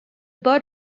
board